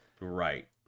Right